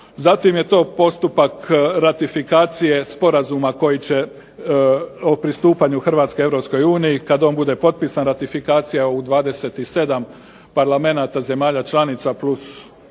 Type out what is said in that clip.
zatim je to postupak ratifikacije Sporazuma o pristupanju Hrvatske EU. Kad on bude potpisan ratifikacija u 27 parlamenata zemalja članica plus